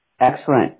Excellent